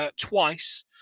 twice